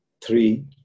three